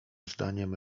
zdaniem